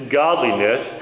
godliness